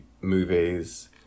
movies